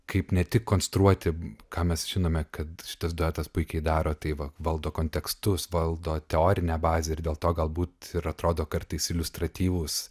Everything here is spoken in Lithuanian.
kaip ne tik konstruoti ką mes žinome kad šitas duetas puikiai daro tai va valdo kontekstus valdo teorinę bazę ir dėl to galbūt ir atrodo kartais iliustratyvūs